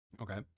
Okay